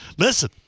Listen